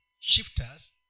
shifters